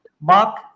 Mark